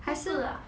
不是 lah